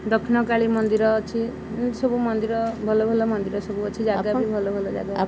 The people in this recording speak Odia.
ଦକ୍ଷିଣକାଳୀ ମନ୍ଦିର ଅଛି ଇମତି ସବୁ ମନ୍ଦିର ଭଲ ଭଲ ମନ୍ଦିର ସବୁ ଅଛି ଜାଗା ବି ଭଲ ଭଲ ଜାଗା ଅଛି